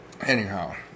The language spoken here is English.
Anyhow